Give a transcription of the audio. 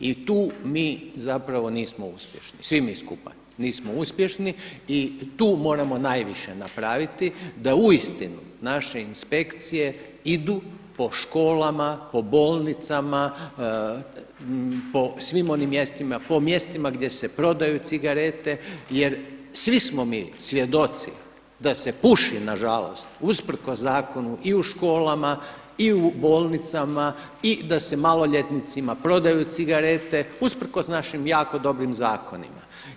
I tu mi zapravo nismo uspješni, svi mi skupa nismo uspješni i tu moramo najviše napraviti da uistinu naše inspekcije idu po školama, po bolnicama, po svim onim mjestima, po mjestima gdje se prodaju cigarete, jer svi smo mi svjedoci da se puši nažalost usprkos zakonu i u školama i u bolnicama i da se maloljetnicima prodaju cigarete usprkos našim jako dobrim zakonima.